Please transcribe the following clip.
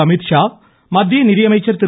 அமீத்ஷா மத்திய நிதியமைச்சர் திரு